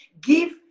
give